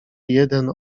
jeden